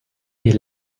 est